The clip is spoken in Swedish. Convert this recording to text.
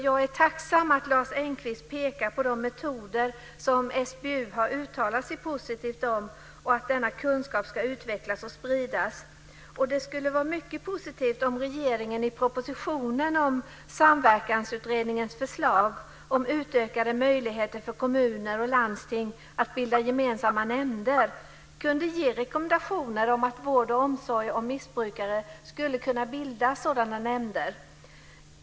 Jag är tacksam att Lars Engqvist pekar på de metoder som SBU har uttalat sig positivt om och att denna kunskap ska utvecklas och spridas. Det skulle vara mycket positivt om regeringen, i propositionen med anledning av Samverkansutredningens förslag om utökade möjligheter för kommuner och landsting att bilda gemensamma nämnder, kunde ge rekommendationer om att vård och omsorg om missbrukare skulle kunna bilda sådana nämnder.